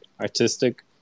artistic